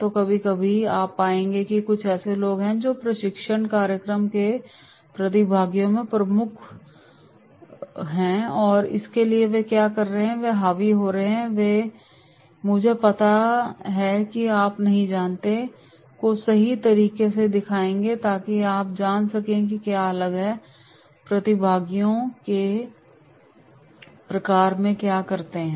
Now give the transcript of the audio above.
तो कभी कभी आप पाएंगे कि कुछ ऐसे लोग हैं जो प्रशिक्षण कार्यक्रम के प्रतिभागियों में प्रमुख प्रशिक्षु हैं इसलिए वे क्या कर रहे हैं वे हावी हो रहे हैं वे मुझे पता है कि आप नहीं जानते को सही तरीके से दिखाएंगे ताकि आप जान सकें कि क्या अलग हैं प्रतिभागियों के प्रकार वे क्या करते हैं